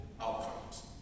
outcomes